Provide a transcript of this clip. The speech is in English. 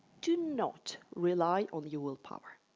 do not rely on your willpower.